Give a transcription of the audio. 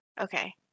Okay